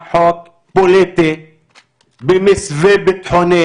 בוא נעשה את זה בטור,